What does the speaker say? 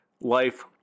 life